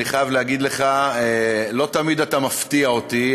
אני חייב להגיד לך: לא תמיד אתה מפתיע אותי,